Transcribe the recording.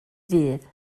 ddydd